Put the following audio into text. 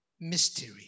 mystery